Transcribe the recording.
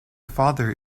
father